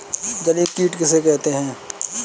जलीय कीट किसे कहते हैं?